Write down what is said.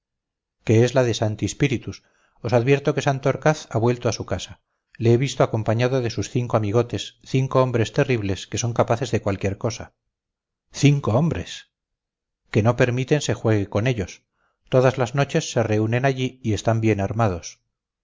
que es la de santi spíritus os advierto que santorcaz ha vuelto a su casa le he visto acompañado de sus cinco amigotes cinco hombres terribles que son capaces de cualquier cosa cinco hombres que no permiten se juegue con ellos todas las noches se reúnen allí y están bien armados